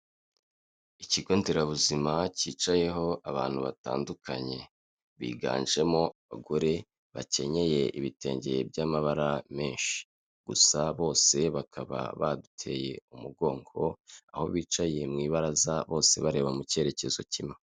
Ikigo nderabuzima cyicayeho abantu batandukanye. Biganjemo abagore bakenyeye ibitenge by'amabara menshi gusa bose bakaba baduteye umugongo, aho bicaye mu ibaraza bose bareba mu cyerekezo kimwe.